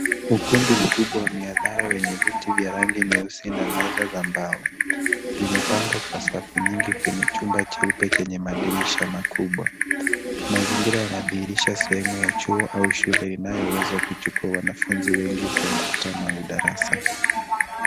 Ukumbi mkubwa wa mihadhara wenye viti vya rangi nyeusi na meza za mbao. Vimepangwa kwa safu nyingi kwenye chumba cheupe chenye madirisha makubwa. Mazingira yanadhihirisha sehemu ya chuo au shule inayoweza kuchukua wanafunzi wengi kwa mkutano au darasa.